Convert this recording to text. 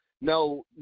no